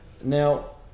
Now